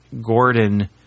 Gordon